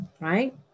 right